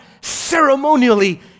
ceremonially